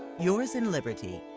yours in liberty,